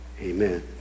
Amen